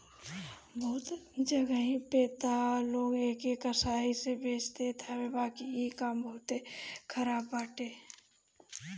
बहुते जगही पे तअ लोग एके कसाई से बेच देत हवे बाकी इ काम बहुते खराब बाटे